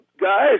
guys